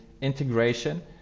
integration